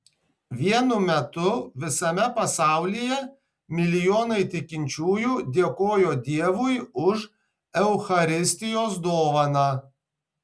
vienu metu visame pasaulyje milijonai tikinčiųjų dėkojo dievui už eucharistijos dovaną